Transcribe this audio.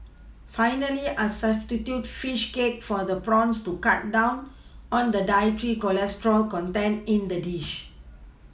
finally I substitute fish cake for the prawns to cut down on the dietary cholesterol content in the dish